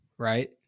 Right